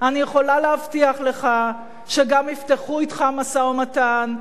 אני יכולה להבטיח לך שגם יפתחו אתך משא-ומתן,